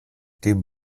dem